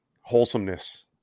wholesomeness